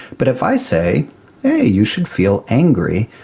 but if i say yeah you should feel angry,